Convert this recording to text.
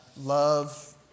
love